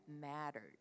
mattered